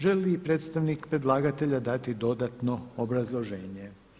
Želi li predstavnik predlagatelja dati dodatno obrazloženje?